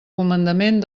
comandament